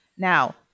Now